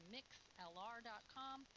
MixLR.com